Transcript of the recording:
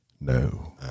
No